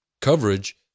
coverage